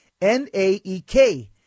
NAEK